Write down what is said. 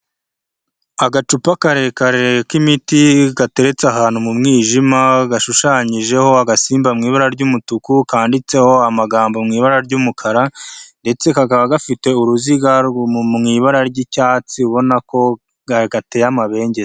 Agacupa kareka k'imiti gateretse ahantu mu mwijima, gashushanyijeho agasimba mu ibara ry'umutuku kandiditseho amagambo mu ibara ry'umukara ndetse kakaba gafite uruziga mu ibara ry'icyatsi ubona ko gateye amabenge.